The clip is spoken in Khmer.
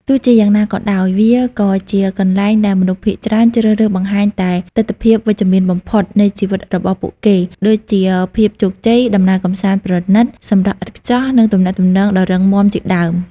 ទោះជាយ៉ាងណាក៏ដោយ វាក៏ជាកន្លែងដែលមនុស្សភាគច្រើនជ្រើសរើសបង្ហាញតែទិដ្ឋភាពវិជ្ជមានបំផុតនៃជីវិតរបស់ពួកគេ ដូចជាភាពជោគជ័យ ដំណើរកម្សាន្តប្រណីត សម្រស់ឥតខ្ចោះ និងទំនាក់ទំនងដ៏រឹងមាំជាដើម។